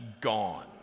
gone